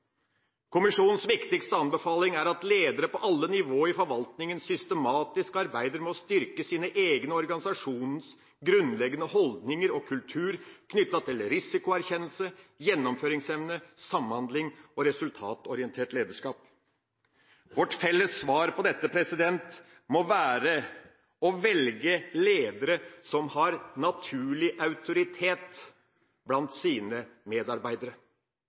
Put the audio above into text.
viktigste anbefaling er at ledere på alle nivåer i forvaltningen systematisk arbeider med å styrke sine egne og organisasjonenes grunnleggende holdninger og kultur knyttet til – risikoerkjennelse, – gjennomføringsevne, – samhandling, –… og – resultatorientert lederskap.» Vårt felles svar på dette må være å velge ledere som har naturlig autoritet blant sine medarbeidere,